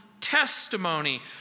testimony